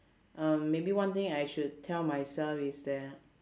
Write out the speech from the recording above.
um maybe one thing I should tell myself is that